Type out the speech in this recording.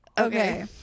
Okay